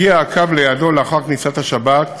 באופן חריג הגיע האוטובוס ליעדו לאחר כניסת השבת.